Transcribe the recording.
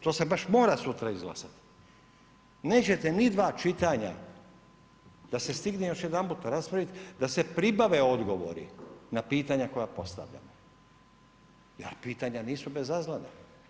To se baš mora sutra izglasati, nećete ni dva čitanja da se stigne još jedanputa raspravit, da se pribave odgovori na pitanja koja postavljamo, a pitanja nisu bezazlena.